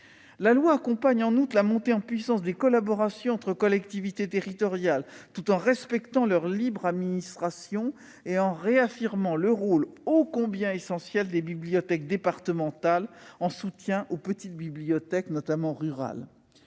La loi accompagne, en outre, la montée en puissance des collaborations entre collectivités territoriales tout en respectant leur libre administration et en réaffirmant le rôle ô combien essentiel des bibliothèques départementales en soutien aux petites bibliothèques, notamment rurales.